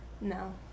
No